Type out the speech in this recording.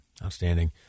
Outstanding